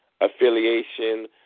affiliation